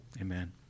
Amen